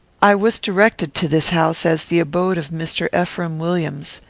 i was directed to this house as the abode of mr. ephraim williams.